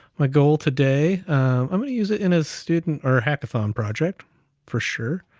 my goal today i'm gonna use it in a student, or hackathon project for sure.